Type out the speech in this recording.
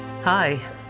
Hi